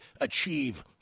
achieve